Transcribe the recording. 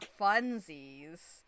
funsies